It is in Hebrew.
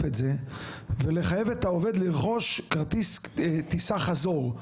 את זה ולחייב את העובד לרכוש כרטיס טיסה חזור.